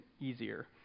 easier